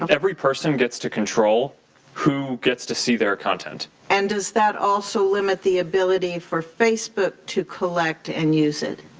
every person gets to control who gets to see their content. and does that also limit the ability for facebook to collect and use it?